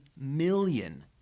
million